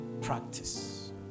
practice